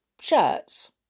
shirts